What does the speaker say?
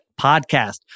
podcast